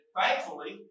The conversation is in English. thankfully